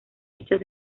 hechas